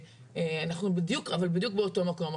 ואנחנו בדיוק, אבל בדיוק באותו מקום.